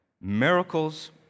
Miracles